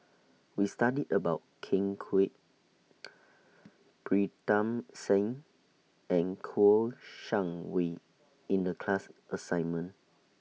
We studied about Ken Kwek Pritam Singh and Kouo Shang Wei in The class assignment